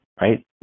right